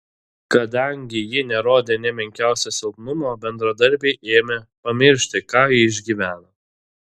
kadangi ji nerodė nė menkiausio silpnumo bendradarbiai ėmė pamiršti ką ji išgyveno